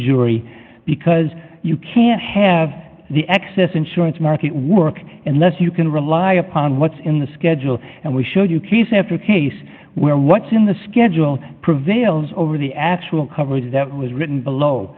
jury because you can't have the excess insurance market work unless you can rely upon what's in the schedule and we showed you these after case where what's in the schedule prevails over the actual coverage that was written below